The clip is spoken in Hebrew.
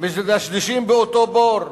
מדשדשים באותו בור.